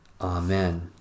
Amen